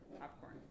popcorn